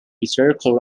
circle